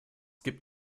gibt